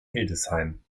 hildesheim